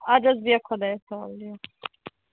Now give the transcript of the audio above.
اَدٕ حظ بیٚہہ خۄدایس حَوال